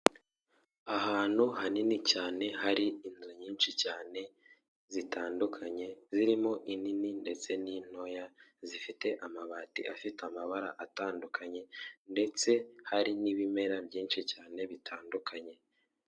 Ahantu hanini cyane hari inzu nyinshi cyane zitandukanye zirimo inini ndetse n'intoya zifite amabati afite amabara atandukanye ndetse hari n'ibimera byinshi cyane bitandukanye.